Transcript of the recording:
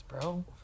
bro